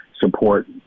support